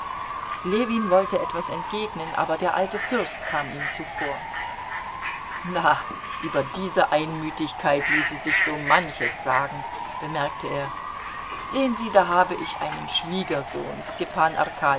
ljewin wollte etwas entgegnen aber der alte fürst kam ihm zuvor na über diese einmütigkeit ließe sich so manches sagen bemerkte er sehen sie da habe ich einen schwiegersohn stepan